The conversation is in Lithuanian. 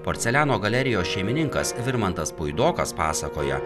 porceliano galerijos šeimininkas virmantas puidokas pasakoja